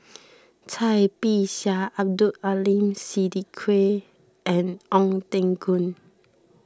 Cai Bixia Abdul Aleem Siddique and Ong Teng Koon